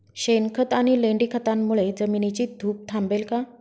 शेणखत आणि लेंडी खतांमुळे जमिनीची धूप थांबेल का?